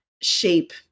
shape